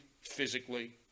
physically